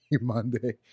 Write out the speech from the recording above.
Monday